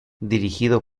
dirigido